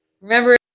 Remember